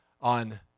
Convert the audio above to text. on